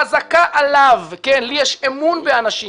חזקה עליו לי יש אמון באנשים,